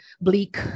bleak